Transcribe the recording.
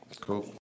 Cool